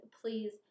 please